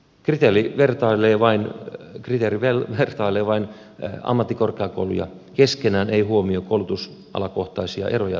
kriteeri vertailee vain ammattikorkeakouluja keskenään ei huomioi koulutusalakohtaisia eroja ja tarpeita